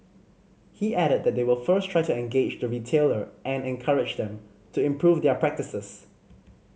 he added that they will first try to engage the retailer and encourage them to improve their practices